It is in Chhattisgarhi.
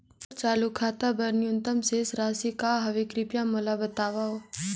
मोर चालू खाता बर न्यूनतम शेष राशि का हवे, कृपया मोला बतावव